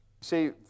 See